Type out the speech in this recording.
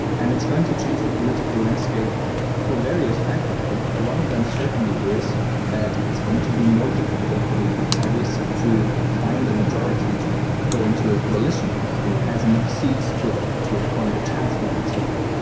and it's going to change the political landscape for various factors, but one of them certainly is that it's going to be more difficult for the other parties to find a majority to go into a coalition that you know has enough seats to ah to appoint a chancellor and so on.